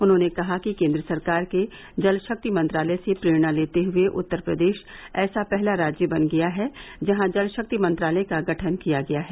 उन्होंने कहा कि केन्द्र सरकार के जल शक्ति मंत्रालय से प्रेरणा लेते हुए प्रदेश ऐसा पहला राज्य बन गया है जहां जल शक्ति मंत्रालय का गठन किया गया है